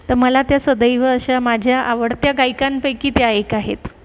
तर मला त्या सदैव अशा माझ्या आवडत्या गायिकांपैकी त्या एक आहेत